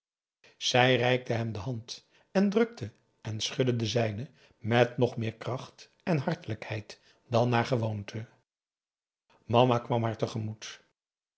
zij reikte hem de hand en drukte en schudde de zijne p a daum hoe hij raad van indië werd onder ps maurits met nog meer kracht en hartelijkheid dan naar gewoonte mama kwam